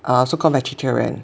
a so called vegetarian